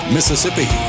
Mississippi